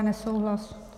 Nesouhlas.